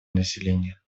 население